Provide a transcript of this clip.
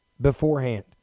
beforehand